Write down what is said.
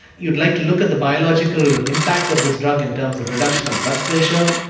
you'd like to look at the biological impact of this drug in terms of reduction of blood pressure,